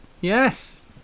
Yes